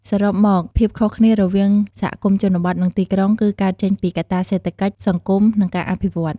សរុបមក ភាពខុសគ្នារវាងសហគមន៍ជនបទ និងទីក្រុង គឺកើតចេញពីកត្តាសេដ្ឋកិច្ច សង្គម និងការអភិវឌ្ឍន៍។